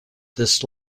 this